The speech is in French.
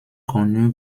connu